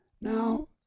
Now